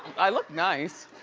i look nice.